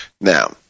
Now